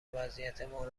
وضعیتمان